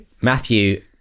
matthew